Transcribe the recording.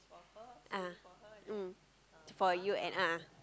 ah mm it's for you and a'ah